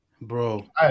Bro